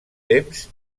temps